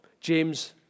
James